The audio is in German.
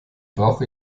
brauche